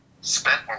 spent